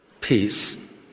peace